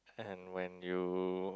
and when you